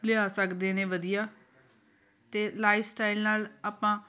ਲਿਆ ਸਕਦੇ ਨੇ ਵਧੀਆ ਅਤੇ ਲਾਈਫ ਸਟਾਈਲ ਨਾਲ ਆਪਾਂ